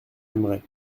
aimerait